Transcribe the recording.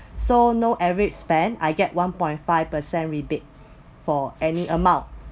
so no average spend I get one point five percent rebate for any amount